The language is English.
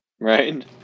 Right